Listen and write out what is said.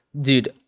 dude